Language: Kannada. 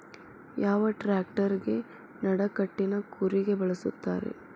ಯಾವ ಟ್ರ್ಯಾಕ್ಟರಗೆ ನಡಕಟ್ಟಿನ ಕೂರಿಗೆ ಬಳಸುತ್ತಾರೆ?